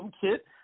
kit